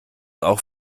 auch